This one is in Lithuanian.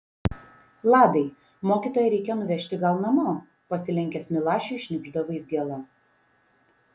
vladai mokytoją reikia nuvežti gal namo pasilenkęs milašiui šnibžda vaizgėla